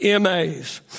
MAs